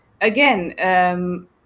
again